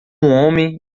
homem